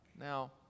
Now